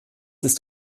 ist